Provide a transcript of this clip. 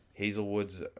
Hazelwood's